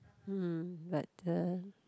mm but the